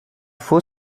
faut